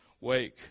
Wake